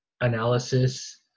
analysis